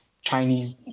Chinese